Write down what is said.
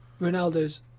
Ronaldo's